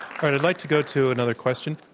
kind of like to go to another question.